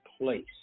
place